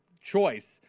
choice